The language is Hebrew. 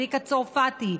צביקה צרפתי,